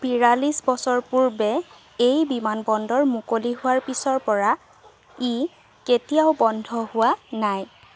বিয়াল্লিছ বছৰ পূৰ্বে এই বিমান বন্দৰ মুকলি হোৱাৰ পিছৰ পৰা ই কেতিয়াও বন্ধ হোৱা নাই